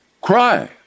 cry